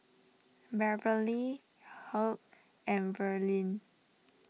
Beverlee Hugh and Verlyn